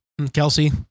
Kelsey